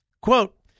Quote